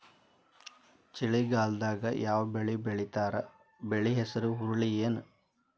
ಚಳಿಗಾಲದಾಗ್ ಯಾವ್ ಬೆಳಿ ಬೆಳಿತಾರ, ಬೆಳಿ ಹೆಸರು ಹುರುಳಿ ಏನ್?